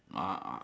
ah